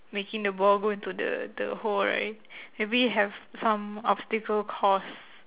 making the ball go into the the hole right maybe have some obstacle course